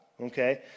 Okay